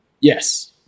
Yes